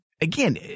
Again